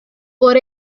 por